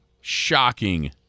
Shocking